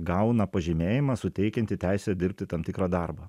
gauna pažymėjimą suteikiantį teisę dirbti tam tikrą darbą